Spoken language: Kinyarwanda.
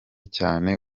cyane